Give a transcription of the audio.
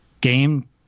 game